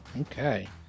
Okay